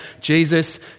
Jesus